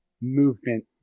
movement